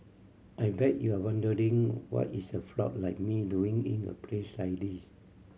I bet you're wondering what is a frog like me doing in a place like this